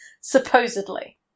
supposedly